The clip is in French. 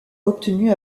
obtenus